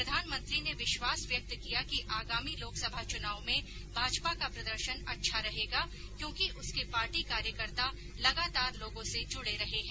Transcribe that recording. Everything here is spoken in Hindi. प्रधानमंत्री ने विश्वास व्यक्त किया कि आगामी लोकसभा चुनाव में भाजपा का प्रदर्शन अच्छा रहेगा क्योंकि उसके पार्टी कार्यकर्ता लगातार लोगों से जुड़े रहे हैं